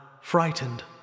frightened